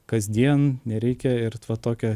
kasdien nereikia ir va tokio